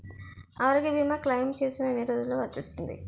ఆరోగ్య భీమా క్లైమ్ చేసిన ఎన్ని రోజ్జులో వస్తుంది?